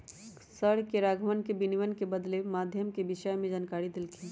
sir ने राघवन के विनिमय के बदलते माध्यम के विषय में जानकारी देल खिन